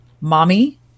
Mommy